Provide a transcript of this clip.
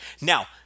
Now